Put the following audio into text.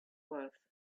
worth